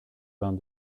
vingt